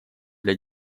для